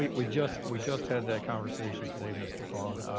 we just we just had that conversation today, mr. colon,